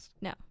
No